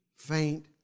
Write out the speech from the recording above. faint